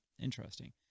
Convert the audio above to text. Interesting